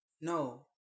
No